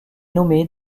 nommée